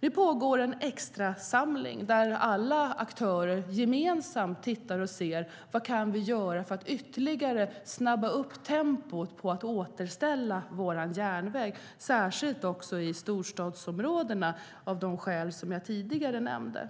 Nu pågår en extrasamling där alla aktörer gemensamt tittar på vad som kan göras för att tempot ytterligare ska snabbas upp när det gäller att återställa vår järnväg - särskilt i storstadsområdena, av de skäl jag tidigare nämnde.